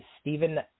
Stephen